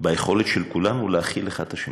ביכולת של כולנו להכיל אחד את השני,